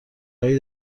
هایی